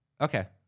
Okay